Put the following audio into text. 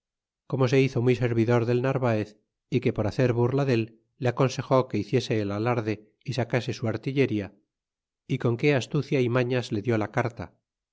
corno se hizo muy servidor del narvaez y que por hacer burla del le aconsejó que hiciese el alarde y sacase su artillería y con qué astucia y mañas le dió la carta